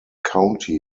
county